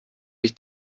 ich